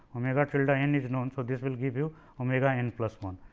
omega tilde n is known. so, this will give you omega n plus one.